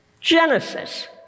Genesis